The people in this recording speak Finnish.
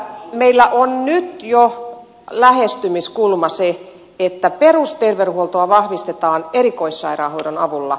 meillä on nyt jo lähestymiskulma se että perusterveydenhuoltoa vahvistetaan erikoissairaanhoidon avulla